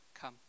come